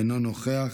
אינו נוכח.